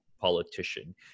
politician